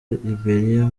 liberia